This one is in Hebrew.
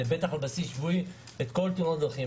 ובטח על בסיס שבועי, את כל תאונות הדרכים.